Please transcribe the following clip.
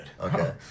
Okay